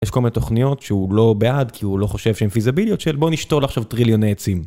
יש כל מיני תוכניות שהוא לא בעד כי הוא לא חושב שהן פיזביליות של "בוא נשתול עכשיו טריליוני עצים".